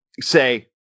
say